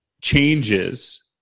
changes